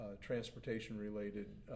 transportation-related